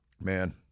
Man